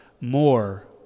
more